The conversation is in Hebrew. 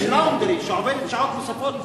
יש laundry שעובדת שעות נוספות פה.